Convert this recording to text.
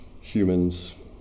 humans